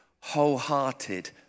wholehearted